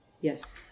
Yes